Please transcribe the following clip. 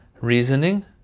reasoning